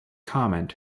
common